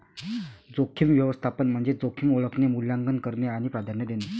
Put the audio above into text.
जोखीम व्यवस्थापन म्हणजे जोखीम ओळखणे, मूल्यांकन करणे आणि प्राधान्य देणे